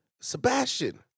Sebastian